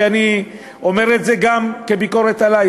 ואני אומר את זה גם כביקורת עלי,